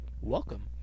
Welcome